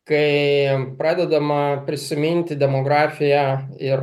kai pradedama prisiminti demografija ir